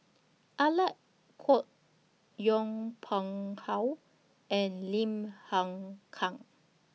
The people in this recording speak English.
Alec Kuok Yong Pung How and Lim Hng Kiang